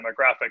demographic